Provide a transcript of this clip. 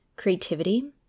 creativity